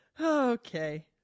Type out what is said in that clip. Okay